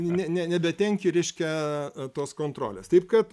ne ne nebetenki reiškia tos kontrolės taip kad